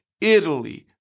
Italy